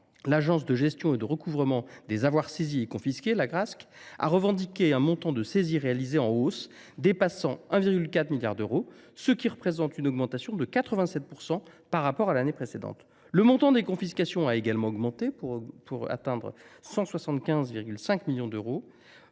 l’Agence de gestion et de recouvrement des avoirs saisis et confisqués a revendiqué un montant de saisies réalisées en hausse, dépassant 1,4 milliard d’euros, ce qui représente une augmentation de 87 % par rapport à l’année précédente. Le montant des confiscations a également augmenté, pour atteindre 175,5 millions d’euros